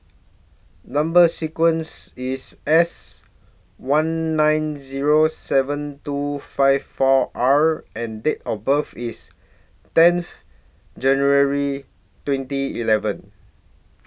Number sequence IS S one nine Zero seven two five four R and Date of birth IS tenth January twenty eleven